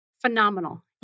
Phenomenal